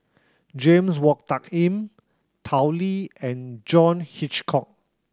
James Wong Tuck Yim Tao Li and John Hitchcock